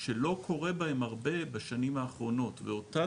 שלא קורה בהן הרבה בשנים האחרונות ואותה